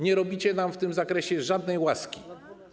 Nie robicie nam w tym zakresie żadnej łaski.